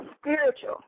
spiritual